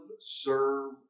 serve